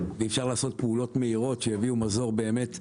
ואפשר לעשות פעולות מהירות שיביאו מזור באמת מיידי,